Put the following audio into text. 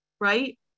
right